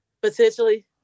Potentially